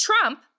Trump